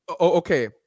Okay